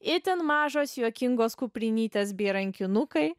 itin mažos juokingos kuprinytės bei rankinukai